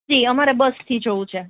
જી અમારે બસથી જવું છે